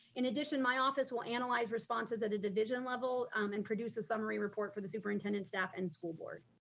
in addition, my office will analyze responses at a division level, um and produce a summary report for the superintendent, staff and school board.